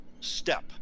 step